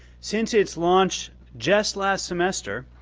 since its launch just last semester,